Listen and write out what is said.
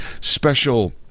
special